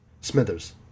Smithers